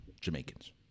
Jamaicans